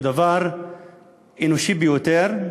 זה דבר אנושי ביותר.